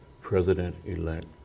President-elect